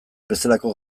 bezalako